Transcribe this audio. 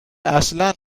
اصلا